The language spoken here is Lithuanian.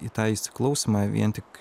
į tą įsiklausymą vien tik